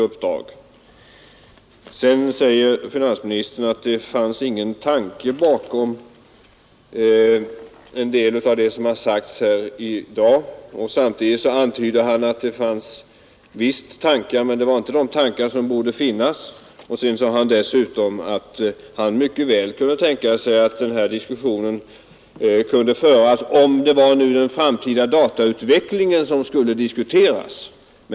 Sedan säger finansministern att det inte finns någon tanke bakom en del av det som har sagts i dag. Samtidigt antyder han att det visst finns tankar, men inte de som borde finnas. Dessutom säger han att han mycket väl kan tänka sig att denna diskussion skulle kunna föras om det var den framtida datautvecklingen som skulle diskuteras.